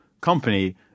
company